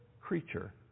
creature